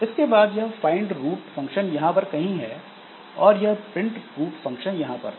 उसके बाद यह फाइंड रूट फंक्शन यहां पर कहीं है और यह प्रिंट रूट फंक्शन वहां पर है